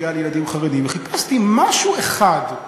אני אוסיף לך זמן.